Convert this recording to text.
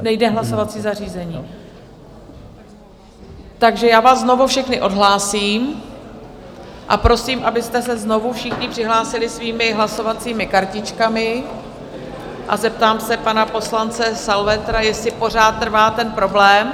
Nejde hlasovací zařízení, takže já vás znovu všechny odhlásím a prosím, abyste se znovu všichni přihlásili svými hlasovacími kartičkami, a zeptám se pana poslance Salvetra, jestli pořád trvá ten problém.